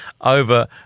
over